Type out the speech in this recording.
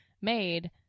made